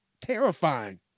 terrifying